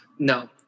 No